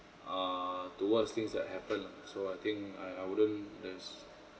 err towards things that happen lah so I think I I wouldn't there's